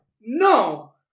No